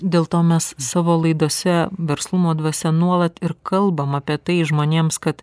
dėl to mes savo laidose verslumo dvasia nuolat ir kalbam apie tai žmonėms kad